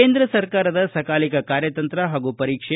ಕೇಂದ್ರ ಸರ್ಕಾರದ ಸಕಾಲಿಕ ಕಾರ್ಯತಂತ್ರ ಪಾಗೂ ಪರೀಕ್ಷೆ